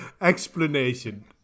explanation